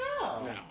no